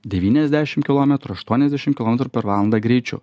devyniasdešim kilometrų aštuoniasdešim kilometrų per valandą greičiu